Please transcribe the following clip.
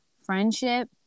friendship